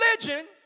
religion